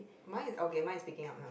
mine is okay mine is speaking up now